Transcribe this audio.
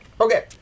Okay